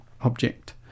object